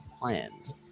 plans